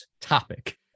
topic